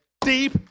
deep